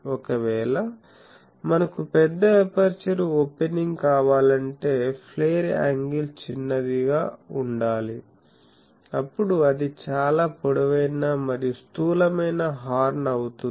ఒకవేళ మనకు పెద్ద ఎపర్చరు ఓపెనింగ్ కావాలంటే ఫ్లేర్ యాంగిల్ చిన్నగా ఉండాలి అపుడు అది చాలా పొడవైన మరియు స్థూలమైన హార్న్ అవుతుంది